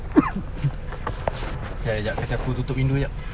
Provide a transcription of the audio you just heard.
jap jap jap kasi aku tutup pintu jap